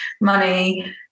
money